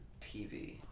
TV